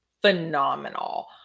phenomenal